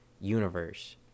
universe